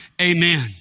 Amen